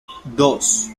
dos